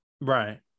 Right